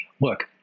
look